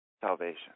Salvation